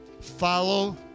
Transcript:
Follow